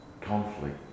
conflict